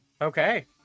okay